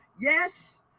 yes